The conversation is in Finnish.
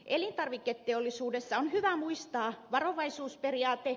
elintarviketeollisuudessa on hyvä muistaa varovaisuusperiaate